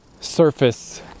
surface